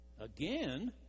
Again